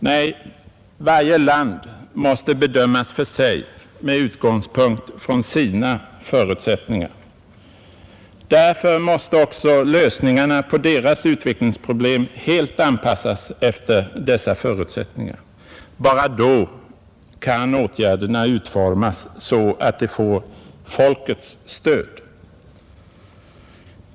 Nej, varje land måste bedömas för sig med utgångspunkt från sina förutsättningar. Därför måste också lösningarna på deras utvecklingsproblem helt anpassas efter dessa förutsättningar. Bara då kan åtgärderna utformas så att de får folkets stöd.